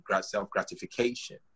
self-gratification